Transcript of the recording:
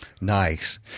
Nice